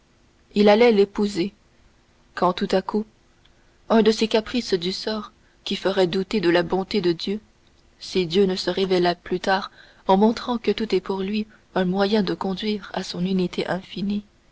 il allait l'épouser quand tout à coup un de ces caprices du sort qui feraient douter de la bonté de dieu si dieu ne se révélait plus tard en montrant que tout est pour lui un moyen de conduire à son unité infinie